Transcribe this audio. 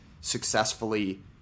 successfully